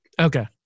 Okay